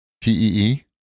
P-E-E